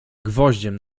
gwoździem